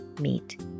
Meet